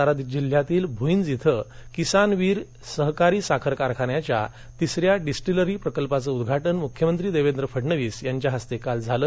सातारा जिल्ह्यातील भूईज इथं किसन वीर सहकारी साखर कारखान्याच्या तिस या डिस्टीलरी प्रकल्पाचे उद्घाटन मुख्यमंत्री देवेंद्र फडणवीस यांच्या हस्ते काल झालं